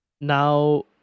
Now